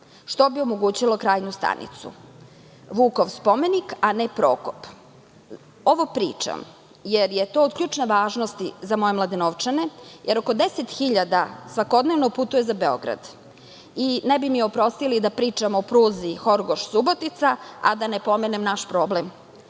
što bi omogućilo krajnju stanicu, Vukov spomenik, a ne Prokop. Ovo pričam jer je to od ključne važnosti za moje Mladenovčane, jer oko deset hiljada svakodnevno putuje za Beograd i ne bi mi oprostili da pričam o pruzi Horgoš – Subotica, a da ne pomenem naš problem